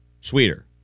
sweeter